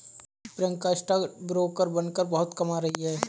Priyanka stock broker बनकर बहुत कमा रही है